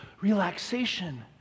relaxation